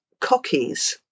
cockies